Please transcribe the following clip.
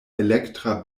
elektra